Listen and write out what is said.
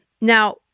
Now